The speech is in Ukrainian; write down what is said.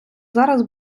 зараз